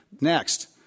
Next